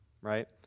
right